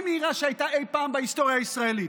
מהירה שהייתה אי פעם בהיסטוריה הישראלית.